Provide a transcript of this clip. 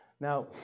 Now